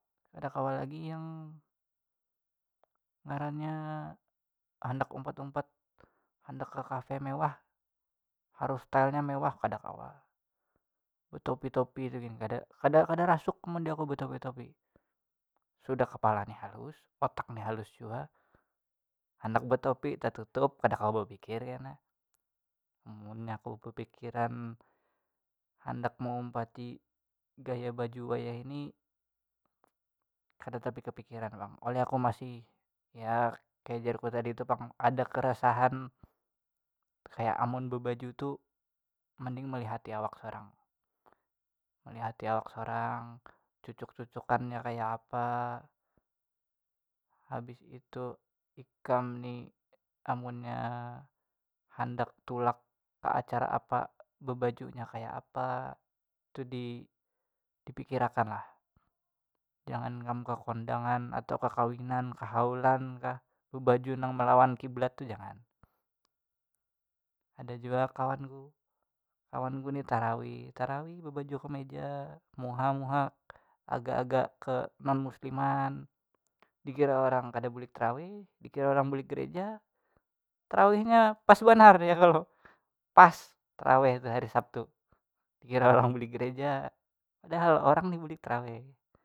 Kada kawa lagi yang ngarannya handak umpat umpat handak ke kafe mewah harus stylenya mewah kada kawa betopi topi tu gin kada kada kada rasuk mun di aku betopi topi sudah kepalanya halus otak ni halus jua handak betopi tatutup kada kawa bepikir kena munnya aku bepikiran handak meumpati gaya baju wayahini kada tapi kapikiran pang oleh aku masih ya kaya jarku tadi tu pang ada keresahan kaya amun bebaju tu mending meliati awak sorang melihati awak sorang cucuk cucukannya kaya apa habis itu ikam ni amunnya handak tulak ke acara apa bebajunya kaya apa itu di pikiran akan lah jangan kam kekondangan atau ke kawinan ke haulan kah bebaju nang melawan kiblat tu jangan ada jua kawanku, kawanku ni tarawih tarawih bebaju kameja muha muha agak agak ke non musliman dikira orang kada bulik taraweh dikira orang bulik gereja tarawehnya pas banar ya kalo pas taraweh tu hari sabtu dikira orang bulik gereja padahal orang ni bulik taraweh.